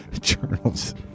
journals